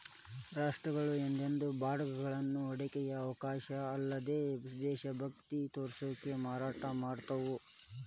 ರಾಷ್ಟ್ರಗಳ ಯುದ್ಧದ ಬಾಂಡ್ಗಳನ್ನ ಹೂಡಿಕೆಯ ಅವಕಾಶ ಅಲ್ಲ್ದ ದೇಶಭಕ್ತಿ ತೋರ್ಸಕ ಮಾರಾಟ ಮಾಡ್ತಾವ